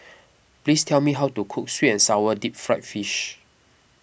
please tell me how to cook Sweet and Sour Deep Fried Fish